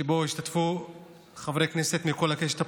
שבו השתתפו חברי כנסת מכל הקשת הפוליטית.